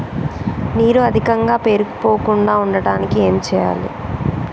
నీరు అధికంగా పేరుకుపోకుండా ఉండటానికి ఏం చేయాలి?